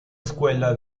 escuela